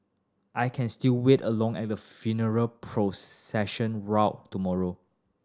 I can still wait along at the funeral procession route tomorrow